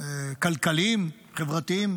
כלכליים חברתיים